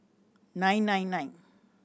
nine nine nine